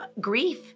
grief